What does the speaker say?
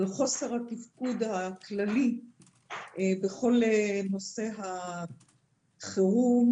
חוסר התפקוד הכללי בכל נושא החירום,